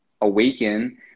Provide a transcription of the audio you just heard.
awaken